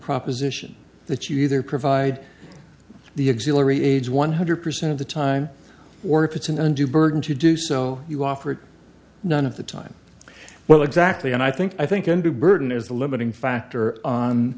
proposition that you either provide the exhilarating age one hundred percent of the time or if it's an undue burden to do so you offer none of the time well exactly and i think i think undue burden is the limiting factor on